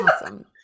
Awesome